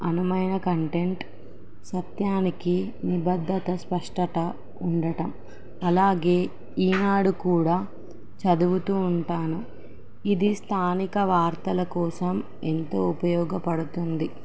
అనుమైన content సత్యానికి నిబద్దత స్పష్టత ఉండటం అలాగే ఈనాడు కూడా చదువుతూ ఉంటాను ఇది స్థానిక వార్తల కోసం ఎంతో ఉపయోగపడుతుంది